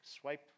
swipe